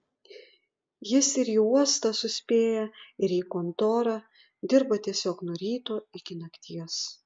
jis ir į uostą suspėja ir į kontorą dirba tiesiog nuo ryto iki nakties